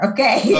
Okay